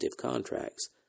contracts